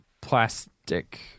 plastic